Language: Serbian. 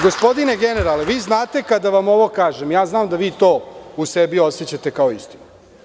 Gospodine generale, vi znate kada vam ovo kažem, ja znam da vi to u sebi osećate kao istinu.